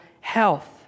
health